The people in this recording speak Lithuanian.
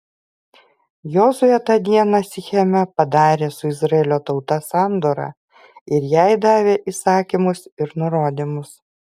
jozuė tą dieną sicheme padarė su izraelio tauta sandorą ir jai davė įsakymus ir nurodymus